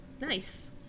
Nice